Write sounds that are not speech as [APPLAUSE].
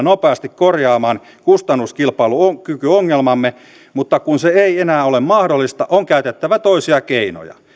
[UNINTELLIGIBLE] nopeasti korjaamaan kustannuskilpailukykyongelmamme mutta kun se ei enää ole mahdollista on käytettävä toisia keinoja